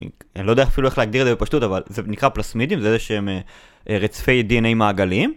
אני לא יודע אפילו איך להגדיר את זה בפשטות, אבל זה נקרא פלסמידים, זה איזה שהם רצפי DNA מעגלים.